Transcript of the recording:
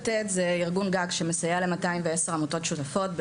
ארגון 'לתת' זה ארגון גג שמסייע ל-210 עמותות שותפות,